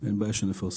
אין בעיה שנפרסם